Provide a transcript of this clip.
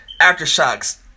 aftershocks